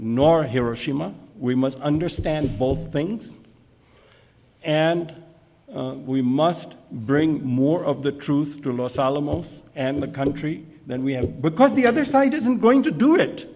nor hiroshima we must understand all things and we must bring more of the truth to los alamos and the country than we have because the other side isn't going to do it